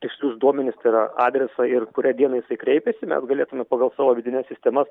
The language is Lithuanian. tikslius duomenis tai yra adresą ir kurią dieną jisai kreipėsi mes galėtume pagal savo vidines sistemas